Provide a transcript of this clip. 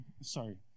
sorry